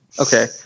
Okay